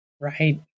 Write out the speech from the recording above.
right